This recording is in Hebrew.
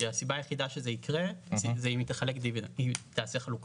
כי הסיבה היחידה שזה יקרה זה אם היא תעשה חלוקה.